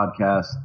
podcast